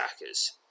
attackers